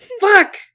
Fuck